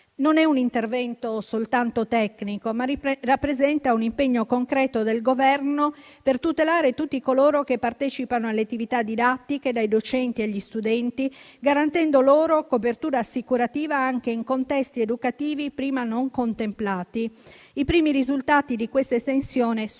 Non è un intervento soltanto tecnico, ma rappresenta un impegno concreto del Governo per tutelare tutti coloro che partecipano alle attività didattiche, dai docenti agli studenti, garantendo loro copertura assicurativa anche in contesti educativi prima non contemplati. I primi risultati di questa estensione sono